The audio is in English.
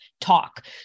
talk